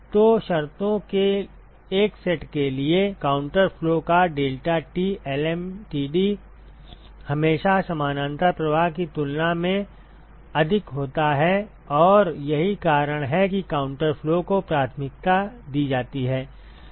तो शर्तों के एक सेट के लिए काउंटर फ्लो का deltaT lmtd हमेशा समानांतर प्रवाह की तुलना में अधिक होता है और यही कारण है कि काउंटर फ्लो को प्राथमिकता दी जाती है